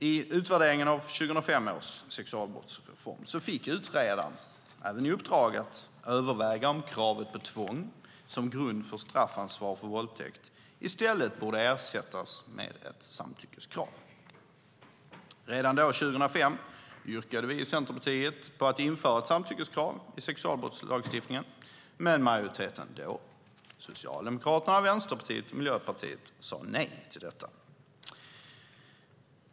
I utvärderingen av 2005 års sexualbrottsreform fick utredaren även i uppdrag att överväga om kravet på tvång som grund för straffansvar för våldtäkt i stället borde ersättas med ett samtyckeskrav. Redan då, 2005, yrkade vi i Centerpartiet på att införa ett samtyckeskrav i sexualbrottslagstiftningen. Men majoriteten då, Socialdemokraterna, Vänsterpartiet och Miljöpartiet, sade nej till detta.